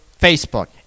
Facebook